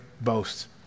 boasts